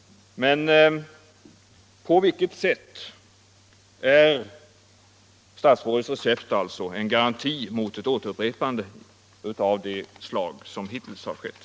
Men på vilket sätt är statsrådets recept alltså en garanti mot ett upprepande av det som nu har skett?